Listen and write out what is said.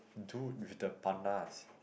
dude with the pandas